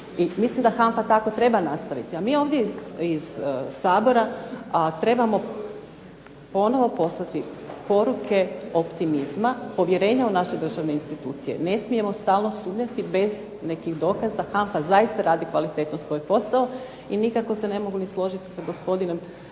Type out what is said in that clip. mislim da HANFA tako treba nastaviti. A mi ovdje iz Sabora trebamo ponovo poslati poruke optimizma, povjerenja u naše državne institucije, ne smijemo stalno sumnjati bez nekih dokaza, HANFA zaista radi kvalitetno svoj posao, i nikako se ne mogu ni složiti sa gospodinom